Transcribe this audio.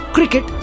Cricket